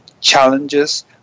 challenges